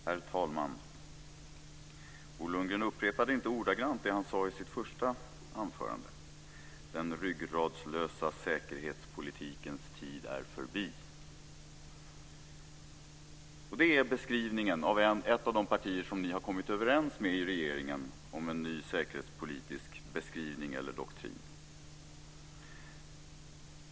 Herr talman! Bo Lundgren upprepade inte ordagrant det han sade i sitt första anförande: Den ryggradslösa säkerhetspolitikens tid är förbi. Det är den beskrivning som görs från ett av de partier som ni i regeringen har kommit överens med om en ny säkerhetspolitisk beskrivning eller doktrin.